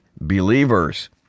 believers